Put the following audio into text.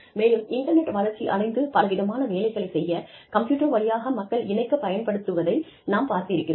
மேலும் இன்டர்நெட் வளர்ச்சி அடைந்து பல விதமான வேலைகளைச் செய்ய கம்ப்யூட்டர் வழியாக மக்கள் இணைக்கப் பயன்படுத்தப்படுவதை நாம் பார்த்திருக்கிறோம்